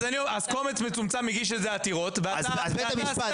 אז קומץ מצומצם הגיש עתירות ואתה עשית